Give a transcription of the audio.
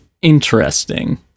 interesting